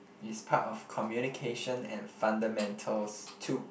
is part of communication and fundamentals two